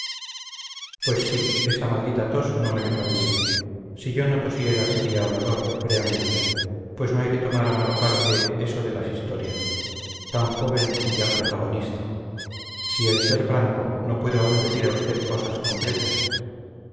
pues sí esta maldita tos no me deja vivir si yo no tosiera sería orador créame usted pues no hay que tomar a mala parte esto de las historias tan joven y ya protagonista si he de ser franco no puedo aún decir a usted cosas concretas